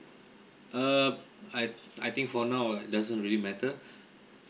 uh I I think for now uh it doesn't really matter